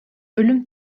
ölüm